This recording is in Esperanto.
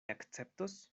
akceptos